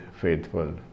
faithful